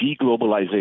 deglobalization